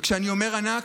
וכשאני אומר ענק,